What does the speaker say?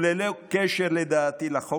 וללא קשר לדעתי לחוק,